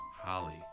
Holly